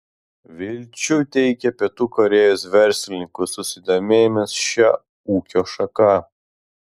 vilčių teikia pietų korėjos verslininkų susidomėjimas šia ūkio šaka